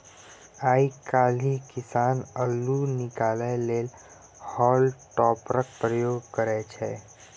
आइ काल्हि किसान अल्लु निकालै लेल हॉल टॉपरक प्रयोग करय छै